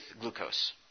glucose